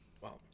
Wow